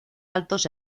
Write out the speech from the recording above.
altos